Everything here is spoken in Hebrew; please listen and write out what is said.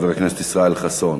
חבר הכנסת ישראל חסון.